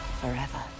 forever